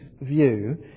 view